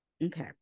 Okay